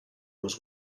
was